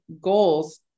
goals